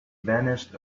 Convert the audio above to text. vanished